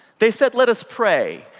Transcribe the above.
they said, let us pray.